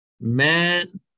Man